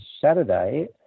Saturday